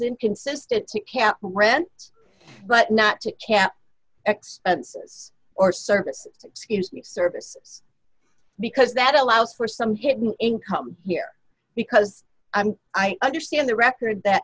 inconsistent to rent but not to cap ex or service excuse me services because that allows for some hidden income here because i'm i understand the record that